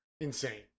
insane